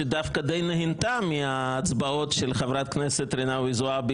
שדווקא די נהנתה מההצבעות של חברת הכנסת רינאוי-זועבי